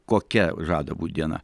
kokia žada būt diena